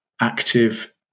active